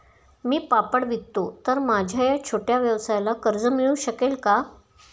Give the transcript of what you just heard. मी पापड विकतो तर माझ्या या छोट्या व्यवसायाला कर्ज मिळू शकेल का?